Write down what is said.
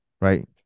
right